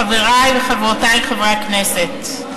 חברי וחברותי חברי הכנסת,